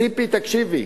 ציפי, תקשיבי,